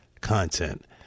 content